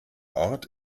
ort